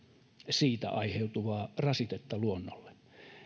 siitä aiheutuvaa rasitetta luonnolle